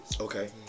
Okay